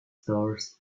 stores